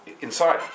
inside